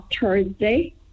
Thursday